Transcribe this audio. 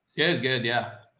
good. good. yeah.